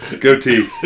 Goatee